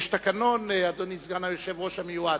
יש תקנון, אדוני סגן היושב-ראש המיועד.